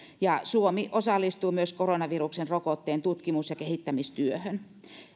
ja suomi osallistuu myös koronaviruksen rokotteen tutkimus ja kehittämistyöhön